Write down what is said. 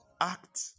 act